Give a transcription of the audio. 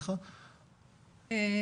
כן.